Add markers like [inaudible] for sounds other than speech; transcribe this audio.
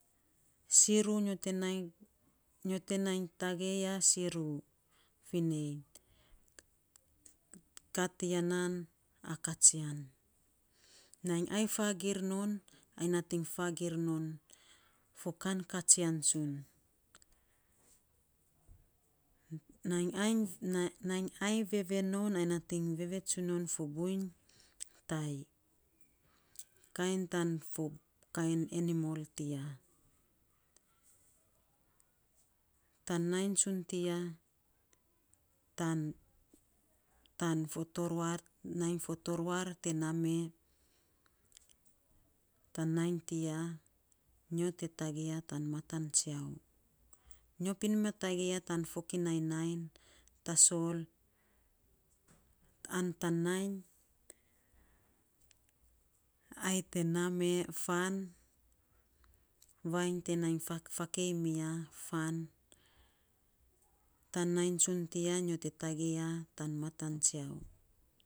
Siriu nyo te nainy nyo te nainy tagei ya siiru fi nei, kaa ti ya nan a kaatsian. Nainy ai faagiir non ai nating faagiir nom fo kan kaatsian tsun. Nainy ai [hesitation] nainy ai vevee nom ai nating vevee tsun non to buiny tai. Kain tan fo kain enimol ti ya. Tan nainy tsun ti ya, tan [hesitation] tan fo toruar nainy fo toruar te naa mee tan nainy tiya nyo te tagei ya tan matan tsiau. Nyo pin ma tagei ya tan fokinai nainy tasol an tan nainy ai te naa mee fan, vainy te naa fak [hesitation] fakei mi ya fan tan nainy tsun ti ya nyo te tagei ya tan matan tsiau.